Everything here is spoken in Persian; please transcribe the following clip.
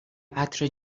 عطر